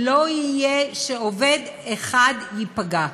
שלא יהיה עובד אחד שייפגע.